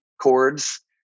chords